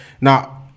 now